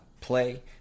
play